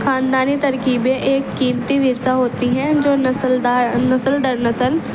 خاندانی ترکیبیں ایک قیمتی ورثہ ہوتی ہیں جو نسل نسل در نسل